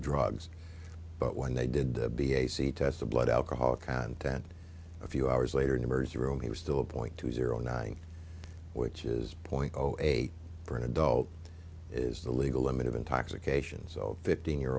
drugs but when they did the b a c test the blood alcohol content a few hours later an emergency room he was still a point two zero nine which is point zero eight for an adult is the legal limit of intoxication so fifteen year